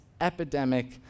epidemic